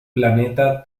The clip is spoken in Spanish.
planeta